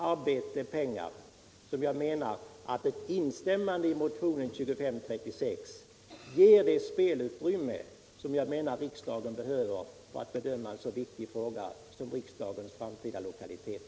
arbete och pengar och för att ge det spelutrymme som riksdagen enligt min mening behöver för att bedöma en så viktig fråga som sina framtida lokaliteter som vi bör instämma i motionen 2536.